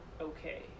okay